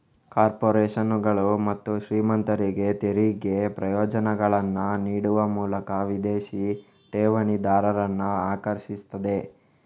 ಕಾರ್ಪೊರೇಷನುಗಳು ಮತ್ತು ಶ್ರೀಮಂತರಿಗೆ ತೆರಿಗೆ ಪ್ರಯೋಜನಗಳನ್ನ ನೀಡುವ ಮೂಲಕ ವಿದೇಶಿ ಠೇವಣಿದಾರರನ್ನ ಆಕರ್ಷಿಸ್ತದೆ